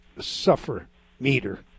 suffer-meter